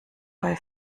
bei